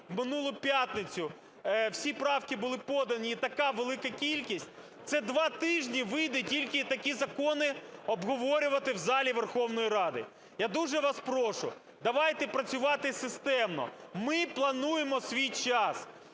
минулу п’ятницю всі правки були подані і така велика кількість, це два тижні вийде тільки такі закони обговорювати в залі Верховної Ради. Я дуже вас прошу, давайте працювати системно. Ми плануємо свій час.